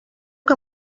que